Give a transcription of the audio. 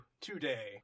today